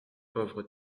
pauvre